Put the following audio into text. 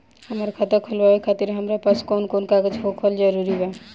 हमार खाता खोलवावे खातिर हमरा पास कऊन कऊन कागज होखल जरूरी बा?